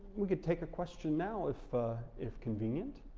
we could take question now if if convenient.